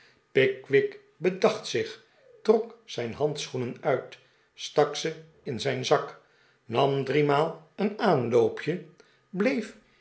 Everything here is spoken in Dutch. pickwick bedacht zich trok zijn handschoenen uit stak ze in zijn zak nam drie maal een aanloopje bleef